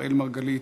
אראל מרגלית,